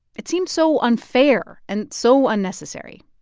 it seemed so unfair and so unnecessary.